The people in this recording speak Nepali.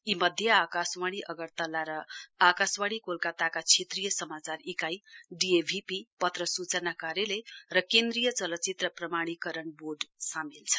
यी मध्ये आकाशवाणी अगरतला र आकाशवाणी कोलकताका क्षेत्रीय समाचार इकाइ डीएभी पत्र सूचना कार्यालय र केन्द्रीय चलचित्र प्रमाणीकरण बोर्ड सामेल छन्